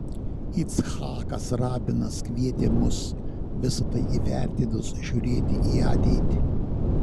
icchakas rabinas kvietė mus visa tai įvertinus žiūrėti į ateitį